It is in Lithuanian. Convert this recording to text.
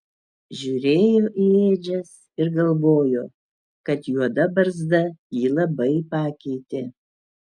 žiūrėjo į ėdžias ir galvojo kad juoda barzda jį labai pakeitė